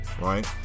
Right